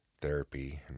therapy